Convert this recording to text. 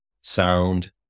sound